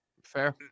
Fair